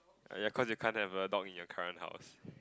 oh ya cause you can't have a dog in your current house